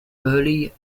early